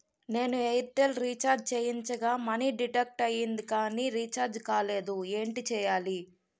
నేను Airtel recharge చేయించగా money deduct అయ్యింది కానీ రీఛార్జ్ కాలేదు ఏంటి చేయాలి?